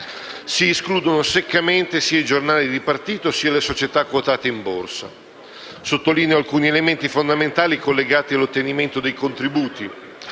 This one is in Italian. Si escludono seccamente sia i giornali di partito, sia le società quotate in borsa. Sottolineo alcuni elementi fondamentali collegati all'ottenimento dei contributi,